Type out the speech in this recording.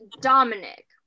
Dominic